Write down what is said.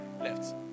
left